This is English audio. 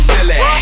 Silly